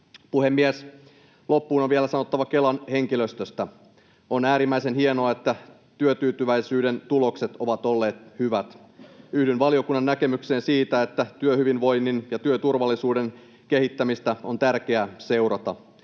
Puhemies! Loppuun on vielä sanottava Kelan henkilöstöstä: On äärimmäisen hienoa, että työtyytyväisyyden tulokset ovat olleet hyvät. Yhdyn valiokunnan näkemykseen siitä, että työhyvinvoinnin ja työturvallisuuden kehittämistä on tärkeää seurata.